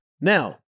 Now